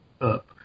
up